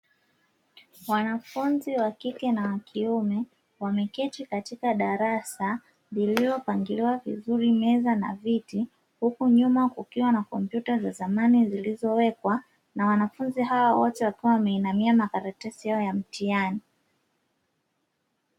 Wanafunzi wakike na wakiume wameketi katika darasa lililopangiliwa vizuri meza na viti, huku nyuma kukiwa na kompyuta za zamani zilizowekwa na wanafunzi hawa wote wakiwa wameinamia makaratasi yao ya mtihani.